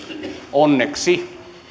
onneksi